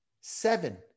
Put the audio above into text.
seven